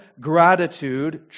gratitude